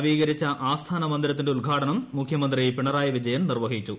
നവീകരിച്ച ആസ്ഥാന പ്ര മുന്ദിരത്തിന്റെ ഉദ്ഘാടനം മുഖ്യമന്ത്രി പിണറായി വിജയൻ നിർവ്ഷിച്ചു